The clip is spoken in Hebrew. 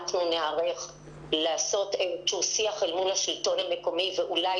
ניערך לעשות איזשהו שיח אל מול השלטון המקומי ואולי